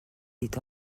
est